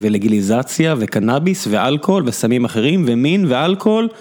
ולגיליזציה, וקנאביס, ואלכוהול, וסמים אחרים, ומין, ואלכוהול.